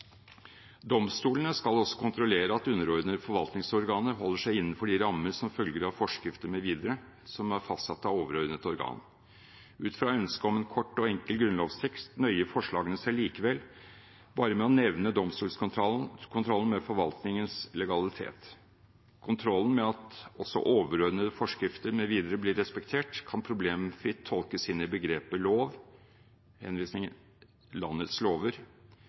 Domstolene skal også kontrollere at underordnede forvaltningsorganer holder seg innenfor de rammer som følger av forskrifter mv. som er fastsatt av overordnet organ. Ut fra ønsket om en kort og enkel grunnlovstekst nøyer forslagene seg likevel med å nevne domstolskontrollen med forvaltningens legalitet. Kontrollen med at også overordnede forskrifter mv. blir respektert, kan problemfritt tolkes inn i begrepet lov, «landets lover»,